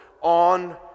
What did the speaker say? on